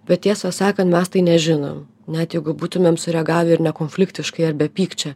bet tiesą sakant mes tai nežinom net jeigu būtumėm sureagavę ir nekonfliktiškai ar be pykčio